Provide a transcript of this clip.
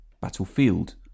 Battlefield